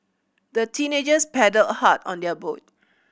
the teenagers paddled a hard on their boat